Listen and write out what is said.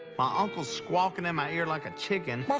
my uncle's squawking in my ear like a chicken.